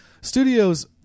studios